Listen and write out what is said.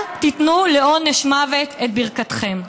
אל תיתנו לעונש מוות את ברכתכם.